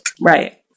Right